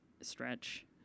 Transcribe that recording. stretch